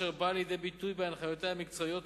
אשר באה לידי ביטוי בהנחיותיה המקצועיות,